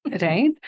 right